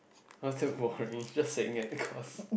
basketball you're just saying it because